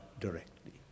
directly